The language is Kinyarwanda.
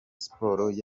sports